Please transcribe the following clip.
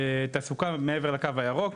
תעסוקה מעבר לקו הירוק,